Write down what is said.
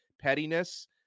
pettiness